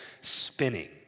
spinning